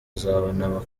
nzabona